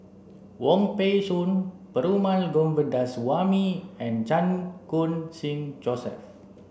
Wong Peng Soon Perumal Govindaswamy and Chan Khun Sing Joseph